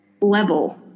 level